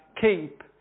keep